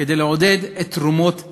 גיסא כדי לעודד את תרומות הכליה.